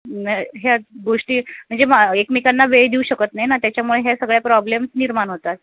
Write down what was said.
नाही ह्याच गोष्टी म्हणजे मा एकमेकांना वेळ देऊ शकत नाही ना त्याच्यामुळे ह्या सगळ्या प्रॉब्लेम्स निर्माण होतात